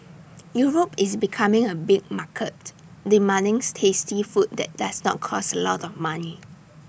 Europe is becoming A big market demanding tasty food that does not cost A lot of money